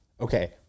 Okay